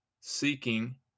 seeking